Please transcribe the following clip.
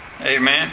Amen